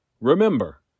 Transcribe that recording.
Remember